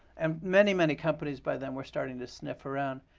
um many, many companies by then were starting to sniff around.